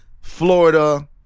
Florida